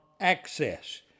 access